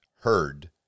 heard